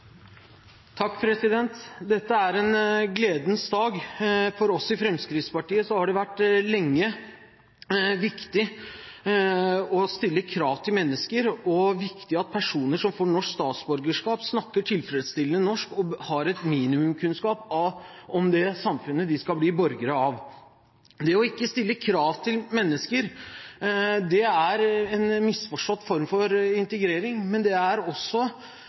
Dette er en gledens dag. For oss i Fremskrittspartiet har det lenge vært viktig å stille krav til mennesker, og det har vært viktig at personer som får norsk statsborgerskap, snakker tilfredsstillende norsk og har et minimum av kunnskaper om det samfunnet de skal bli borgere av. Ikke å stille krav til mennesker, er en misforstått form for integrering, men det er også